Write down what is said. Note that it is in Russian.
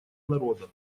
народа